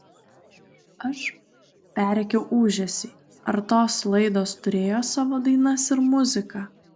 aš perrėkiau ūžesį ar tos laidos turėjo savo dainas ir muziką